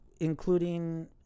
including